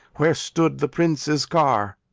where stood the prince's car.